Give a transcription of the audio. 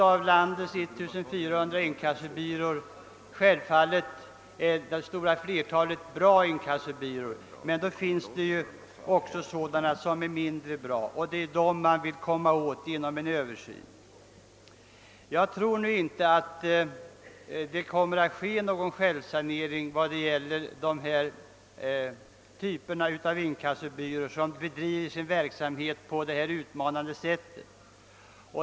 Av landets 1400 inkassobyråer är det stora flertalet självfallet bra, men det finns också sådana som är mindre bra och det är dessa man vill komma åt genom en översyn. Jag tror nu inte att det kommer att ske någon självsanering av de inkassobyråer som bedriver sin verksamhet på ett utmanande sätt.